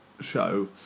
show